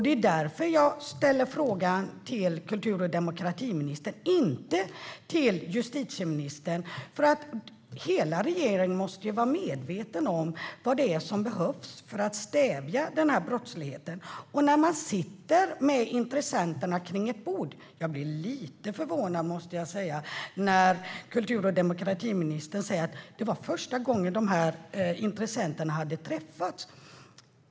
Det är därför jag ställer frågan till kultur och demokratiministern och inte justitieministern. Hela regeringen måste vara medveten om vad som behövs för att stävja brottsligheten. Nu sätter sig intressenterna runt ett bord. Jag blir lite förvånad när kultur och demokratiministern säger att det var första gången dessa intressenter träffades.